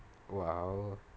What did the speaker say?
!wow!